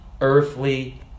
earthly